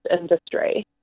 industry